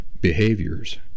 behaviors